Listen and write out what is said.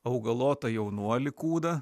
augalotą jaunuolį kūdą